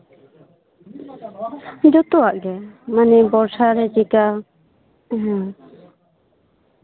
ᱡᱚᱛᱚᱣᱟᱜ ᱜᱮ ᱢᱟᱱᱮ ᱵᱚᱨᱥᱟ ᱨᱮ ᱪᱮᱫᱞᱮᱠᱟ ᱦᱩᱸ